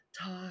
talk